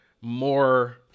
more